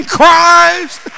Christ